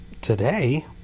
today